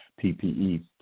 PPE